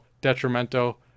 detrimental